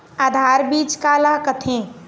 आधार बीज का ला कथें?